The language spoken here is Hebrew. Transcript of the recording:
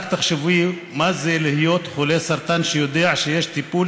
רק תחשבו מה זה להיות חולה סרטן שיודע שיש טיפול